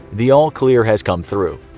the all clear has come through.